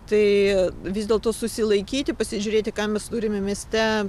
tai vis dėlto susilaikyti pasižiūrėti ką mes turime mieste